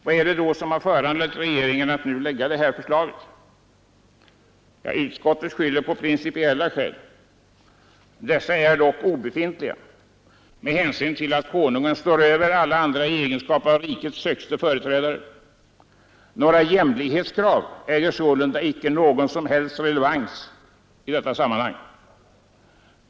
Vad är det då som föranlett regeringen att nu lägga detta förslag? Utskottet skyller på principiella skäl. Dessa är dock obefintiiga med hänsyn till att Konungen står över alla andra i egenskap av rikets högste företrädare. Jämlikhetskrav äger sålunda icke någon som helst relevans i detta sammanhang.